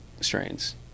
strains